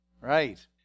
right